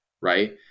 right